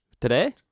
Today